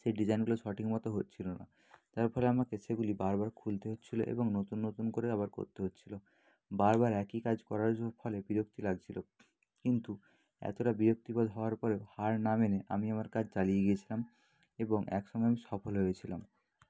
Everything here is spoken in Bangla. সেই ডিজাইনগুলো সঠিকমতো হচ্ছিল না তার ফলে আমাকে সেগুলি বারবার খুলতে হচ্ছিল এবং নতুন নতুন করে আবার করতে হচ্ছিল বারবার একই কাজ করার ফলে বিরক্তি লাগছিলো কিন্তু এতটা বিরক্তিকর হওয়ার পরেও হার না মেনে আমি আমার কাজ চালিয়ে গিয়েছিলাম এবং একসময় আমি সফল হয়েছিলাম